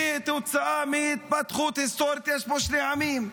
כתוצאה מהתפתחות היסטורית יש פה שני עמים.